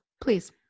please